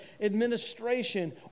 administration